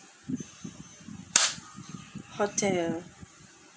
hotel